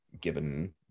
given